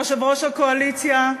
יושב-ראש הקואליציה,